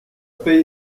paye